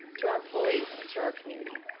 to our employees, and to our community.